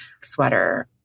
sweater